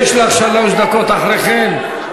חברת הכנסת איילת שקד, יש לך שלוש דקות אחרי כן.